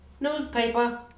Newspaper